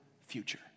future